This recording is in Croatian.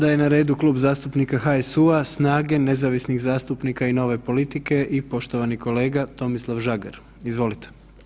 Sada je na redu Klub zastupnika HSU-a, SNAGA-e, nezavisnih zastupnika i nove politike i poštovani kolega Tomislav Žagar, izvolite.